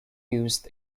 used